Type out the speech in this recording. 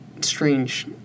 strange